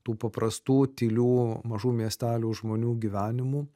tų paprastų tylių mažų miestelių žmonių gyvenimu